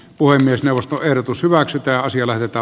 puhemiesneuvosto ehdotus hyväksytään sille että